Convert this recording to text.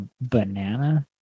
banana